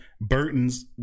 Burton's